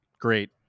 great